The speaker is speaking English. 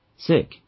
Sick